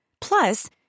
Plus